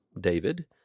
David